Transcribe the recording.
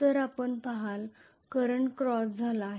तर आपण पहाल करंट क्रॉस झाला आहे